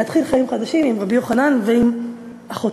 להתחיל חיים חדשים עם רבי יוחנן ועם אחותו.